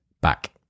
back